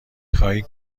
خواهی